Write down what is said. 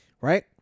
Right